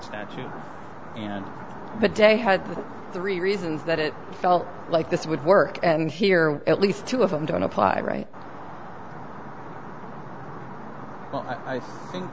statute and today had three reasons that it felt like this would work and here at least two of them don't apply right well i think